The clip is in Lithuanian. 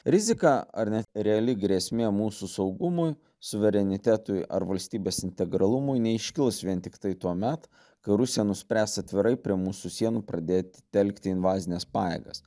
rizika ar net reali grėsmė mūsų saugumui suverenitetui ar valstybės integralumui neiškils vien tiktai tuomet kai rusija nuspręs atvirai prie mūsų sienų pradėt telkti invazines pajėgas